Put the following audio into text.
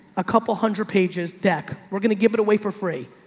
a couple hundred pages deck. we're going to give it away for free.